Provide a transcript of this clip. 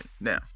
now